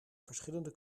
verschillende